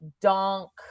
Donk